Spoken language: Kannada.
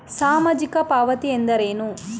ಸಾಮಾಜಿಕ ಪಾವತಿ ಎಂದರೇನು?